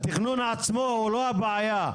התכנון עצמו הוא לא הבעיה,